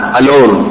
alone